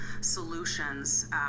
solutions